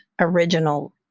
original